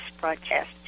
broadcast